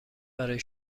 برای